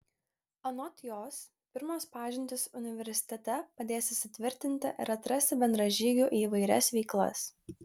anot jos pirmos pažintys universitete padės įsitvirtinti ir atrasti bendražygių į įvairias veiklas